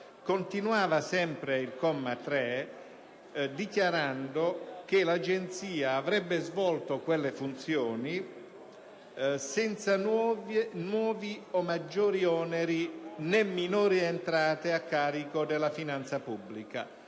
continuava dichiarando che l'Agenzia avrebbe svolto quelle funzioni senza nuovi o maggiori oneri né minori entrate a carico della finanza pubblica